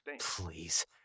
Please